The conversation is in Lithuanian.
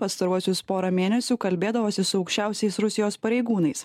pastaruosius porą mėnesių kalbėdavosi su aukščiausiais rusijos pareigūnais